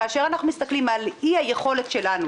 כאשר אנחנו מסתכלים על אי היכולת שלנו